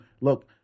look